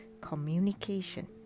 communication